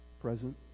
present